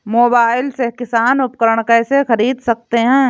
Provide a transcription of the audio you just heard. Mobile से किसान उपकरण कैसे ख़रीद सकते है?